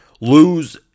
lose